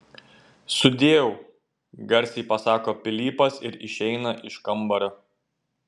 sudieu garsiai pasako pilypas ir išeina iš kambario